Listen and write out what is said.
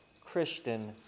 Christian